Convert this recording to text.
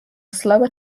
slower